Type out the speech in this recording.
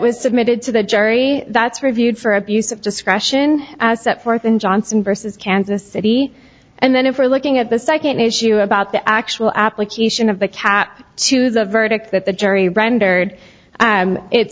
to the jury that's reviewed for abuse of discretion as set forth in johnson versus kansas city and then if we're looking at the second issue about the actual application of the cat to the verdict that the jury rendered it's